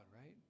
right